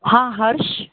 हा हर्ष